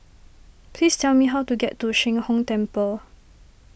please tell me how to get to Sheng Hong Temple